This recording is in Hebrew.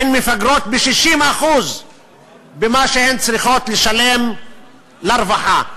הן מפגרות ב-60% במה שהן צריכות לשלם לרווחה.